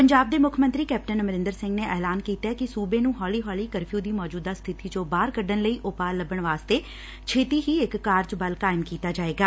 ਪੰਜਾਬ ਦੇ ਮੁੱਖ ਮੰਤਰੀ ਕੈਪਟਨ ਅਮਰੰਦਰ ਸਿੰਘ ਨੇ ਐਲਾਨ ਕੀਤੈ ਕਿ ਸੁਬੇ ਨੰ ਹੋੱਲੀ ਹੋੱਲੀ ਕਰਫਿਉ ਦੀ ਮੌਜੁਦਾ ਸਬਿਤੀ ਚੋ ਬਾਹਰ ਕੱਢਣ ਲਈ ਉਪਾਅ ਲੱਭਣ ਵਾਸਤੇ ਛੇਤੀ ਹੀ ਇਕ ਕਾਰਜ ਬਲ ਕਾਇਮ ਕੀਤਾ ਜਾਏਗਾ